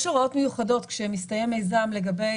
יש הוראות מיוחדות כשמסתיים מיזם לגבי